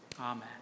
Amen